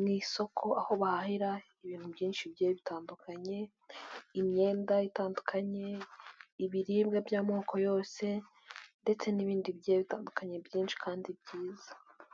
mu isoko aho bahahira ibintu byinshi bigiye bitandukanye imyenda itandukanye, ibiribwa by'amoko yose ndetse n'ibindi bigye bitandukanye byinshi kandi byiza.